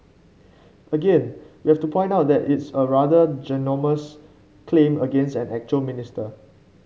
again we have to point out that it's a rather ginormous claim against an actual minister